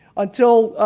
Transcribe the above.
until